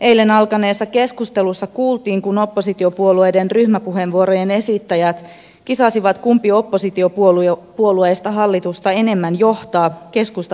eilen alkaneessa keskustelussa kuultiin kun oppositiopuolueiden ryhmäpuheenvuorojen esittäjät kisasivat siitä kumpi oppositiopuolueista hallitusta enemmän johtaa keskusta vai perussuomalaiset